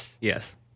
Yes